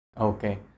Okay